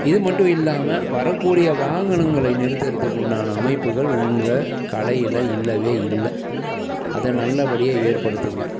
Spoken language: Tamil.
இது மட்டும் இல்லாம வரக்கூடிய வாகனங்களை நிறுத்துறத்துக்கு உண்டான அமைப்புகள் உங்கள் கடையில் இல்லவே இல்லை அதை நல்லபடியாக ஏற்படுத்துங்கள்